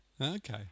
Okay